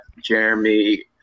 Jeremy